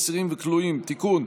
אסירים וכלואים) (תיקון),